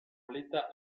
l’état